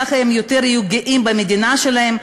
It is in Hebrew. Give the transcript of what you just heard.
ככה הם יהיו יותר גאים במדינה שלהם,